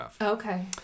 Okay